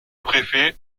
préfet